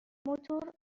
موتور